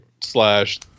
slash